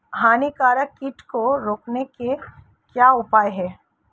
हानिकारक कीट को रोकने के क्या उपाय हैं?